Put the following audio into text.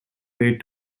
paid